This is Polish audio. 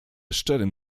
szczerym